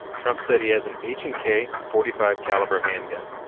trump said he has an h and k, forty five caliber handgun.